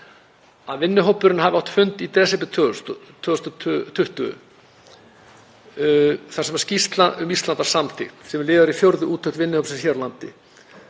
að vinnuhópurinn hafi átt fund í desember 2020 þar sem skýrsla um Ísland var samþykkt sem liður í fjórðu úttekt vinnuhópsins hér á landi.